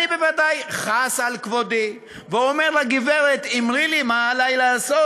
אני בוודאי מוחל על כבודי ואומר לגברת: אמרי לי מה עלי לעשות.